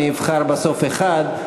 אני אבחר בסוף אחד.